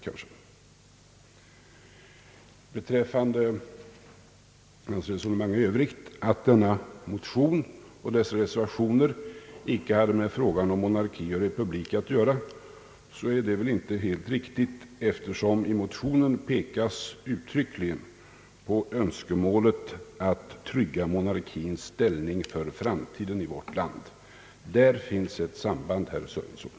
Hans resonemang i övrigt att denna motion och dessa reservationer icke har med frågan om monarki och republik att göra är inte helt riktig, eftersom i motionen uttryckligen framhålles önskemålet att trygga monarkins ställning för framtiden i vårt land. Där finns ett samband, herr Sörenson.